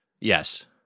Yes